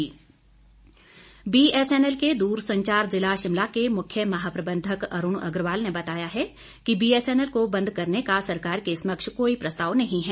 BSNL BSNL के दूरसंचार जिला शिमला के मुख्य महाप्रबंधक अरूण अग्रवाल ने बताया है कि बीएसएनएल को बंद करने का सरकार के समक्ष कोई प्रस्ताव नहीं है